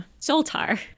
Zoltar